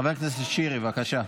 חבר הכנסת שירי, בבקשה.